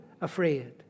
afraid